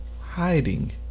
hiding